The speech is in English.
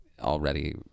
already